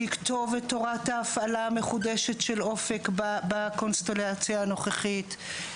שיכתוב את תורת ההפעלה המחודשת של אופק בקונסטלציה הנוכחית.